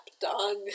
dog